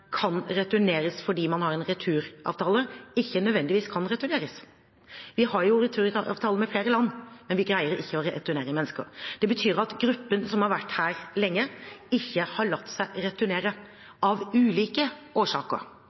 kan returneres fordi man har en returavtale, ikke nødvendigvis kan returneres. Vi har returavtale med flere land, men vi greier ikke å returnere mennesker. Det betyr at gruppen som har vært her lenge, ikke har latt seg returnere av ulike årsaker.